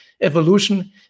evolution